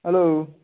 hello